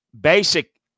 basic